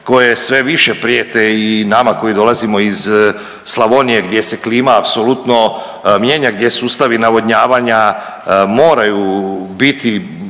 koje sve više prijete i nama koji dolazimo iz Slavonije gdje se klima apsolutno mijenja, gdje sustavi navodnjavanja moraju biti